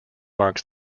marks